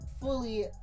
fully